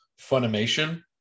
funimation